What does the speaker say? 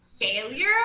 failure